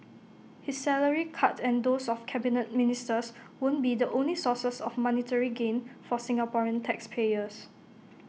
his salary cut and those of Cabinet Ministers won't be the only sources of monetary gain for Singaporean taxpayers